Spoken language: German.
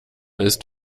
ist